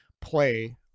play